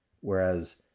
Whereas